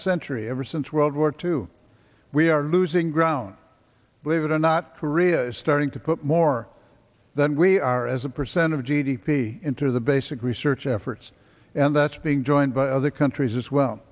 a century ever since world war two we are losing ground believe it or not korea is starting to put more than we are as a percent of g d p into the basic research efforts and that's being joined by other countries as well